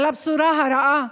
על הבשורה הרעה,